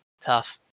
tough